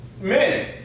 men